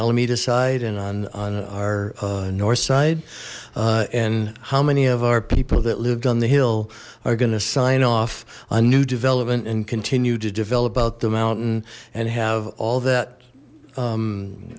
alameda side and on our north side and how many of our people that lived on the hill are going to sign off on new development and continue to develop out the mountain and have all that